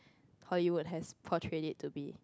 Hollywood has portrayed it to be